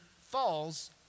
falls